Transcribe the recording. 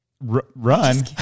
run